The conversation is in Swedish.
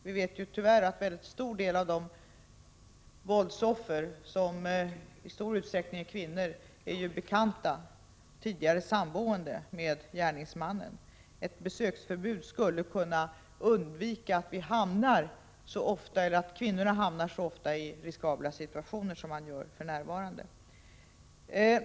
Vi vet ju att en mycket stor del av de kvinnor som blir våldsoffer är bekanta med eller tidigare samboende med gärningsmannen. Ett besöksförbud skulle kunna förhindra att kvinnor hamnar i riskabla situationer så ofta som de gör för närvarande.